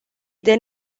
then